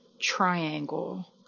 triangle